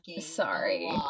Sorry